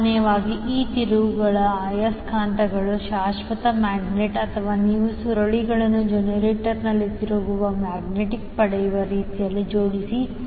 ಸಾಮಾನ್ಯವಾಗಿ ಈ ತಿರುಗುವ ಆಯಸ್ಕಾಂತಗಳು ಶಾಶ್ವತ ಮ್ಯಾಗ್ನೆಟ್ ಅಥವಾ ನೀವು ಸುರುಳಿಗಳನ್ನು ಜನರೇಟರ್ನಲ್ಲಿ ತಿರುಗುವ ಮ್ಯಾಗ್ನೆಟ್ ಪಡೆಯುವ ರೀತಿಯಲ್ಲಿ ಜೋಡಿಸಿ